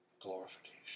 glorification